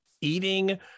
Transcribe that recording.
eating